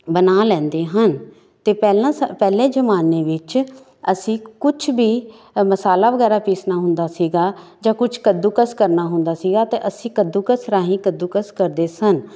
ਬਣਾ ਲੈਂਦੇ ਹਨ ਅਤੇ ਪਹਿਲਾਂ ਸ ਪਹਿਲੇ ਜ਼ਮਾਨੇ ਵਿੱਚ ਅਸੀਂ ਕੁਛ ਵੀ ਮਸਾਲਾ ਵਗੈਰਾ ਪੀਸਣਾ ਹੁੰਦਾ ਸੀਗਾ ਜਾਂ ਕੁਛ ਕੱਦੂਕਸ ਕਰਨਾ ਹੁੰਦਾ ਸੀਗਾ ਤਾਂ ਅਸੀਂ ਕੱਦੂਕਸ ਰਾਹੀਂ ਕੱਦੂਕਸ ਕਰਦੇ ਸਨ